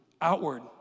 outward